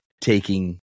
taking